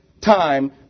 time